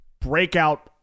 breakout